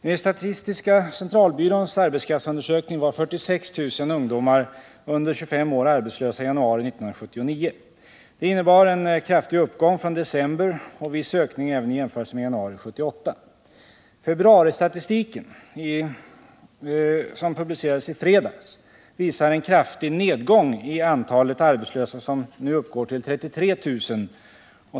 Enligt statistiska centralbyråns arbetskraf:sundersökningar var 46 000 ungdomar under 25 år arbetslösa i januari 1979. Det innebar en kraftig uppgång från december och viss ökning även i jämförelse med januari 1978. Februaristatistiken, som publicerades i fredags, visar en kraftig nedgång i antalet arbetslösa, som nu uppgår till 33 000.